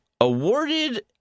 awarded